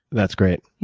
that's great.